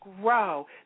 Grow